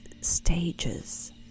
stages